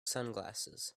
sunglasses